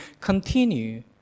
continue